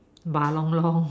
buah-long-long